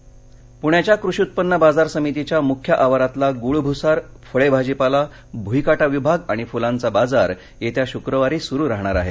बाजार बंदः पुण्याच्या कृषी उत्पन्न बाजार समितीच्या मुख्य आवारातला गूळभुसार फळे भाजीपाला भुईकाटा विभाग आणि फुलांचा बाजार येत्या शुक्रवारी सुरु राहणार आहे